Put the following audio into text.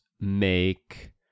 make